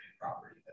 property